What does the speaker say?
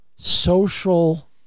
social